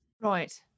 Right